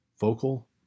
vocal